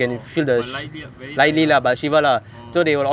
oh but lightly lah very light lah orh